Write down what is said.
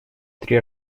три